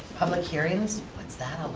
public hearings, what's that